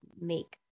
make